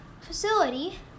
facility